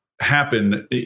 happen